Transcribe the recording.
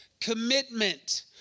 commitment